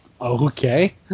Okay